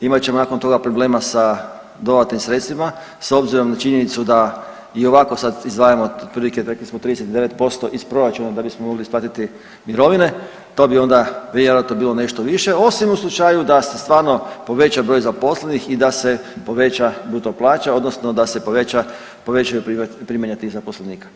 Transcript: imat ćemo nakon toga problema sa dodatnim sredstvima s obzirom na činjenicu da i ovako sad izdvajamo otprilike rekli smo 39% iz proračuna da bismo mogli isplatiti mirovine, to bi onda vjerojatno bilo nešto više osim u slučaju da se stvarno poveća broj zaposlenih i da se poveća bruto plaća odnosno da se poveća, povećaju primanja tih zaposlenika.